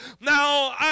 Now